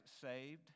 saved